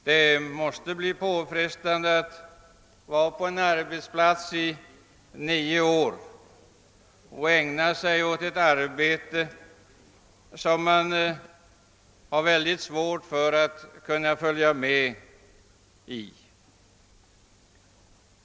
Det måste bli påfrestande att vara på en arbetsplats i nio år och ägna sig åt ett arbete, som man har väldigt svårt för att kunna följa med i.